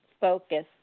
focus